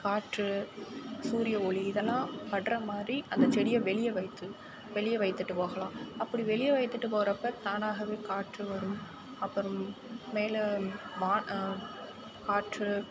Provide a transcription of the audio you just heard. காற்று சூரியஒளி இதெல்லாம் படுற மாதிரி அந்த செடியை வெளியே வைத்து வெளியே வைத்துவிட்டு போகலாம் அப்படி வெளியே வைத்துவிட்டு போகிறப்ப தானாகவே காற்று வரும் அப்புறம் மேலே வானம் காற்று